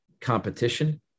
competition